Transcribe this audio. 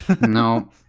No